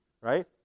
right